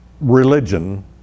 religion